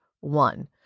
one